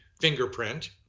fingerprint